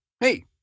hey